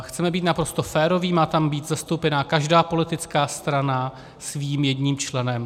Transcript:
Chceme být naprosto féroví, má tam být zastoupena každá politická strana svým jedním členem.